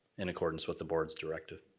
in accordance with the board's directive.